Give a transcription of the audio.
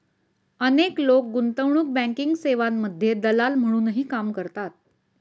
अनेक लोक गुंतवणूक बँकिंग सेवांमध्ये दलाल म्हणूनही काम करतात